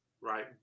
Right